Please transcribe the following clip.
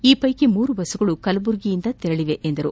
ಈ ವೈಕಿ ಮೂರು ಬಸ್ ಗಳು ಕಲಬುರಗಿಯಿಂದ ತೆರಳಿವೆ ಎಂದರು